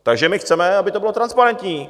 Takže my chceme, aby to bylo transparentní.